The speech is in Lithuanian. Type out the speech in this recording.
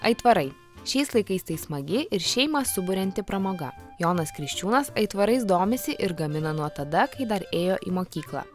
aitvarai šiais laikais tai smagi ir šeimą suburianti pramoga jonas kriščiūnas aitvarais domisi ir gamina nuo tada kai dar ėjo į mokyklą